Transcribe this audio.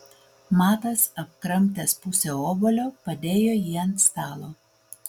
matas apkramtęs pusę obuolio padėjo jį ant stalo